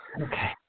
Okay